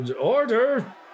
Order